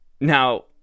Now